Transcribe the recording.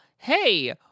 Hey